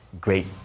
great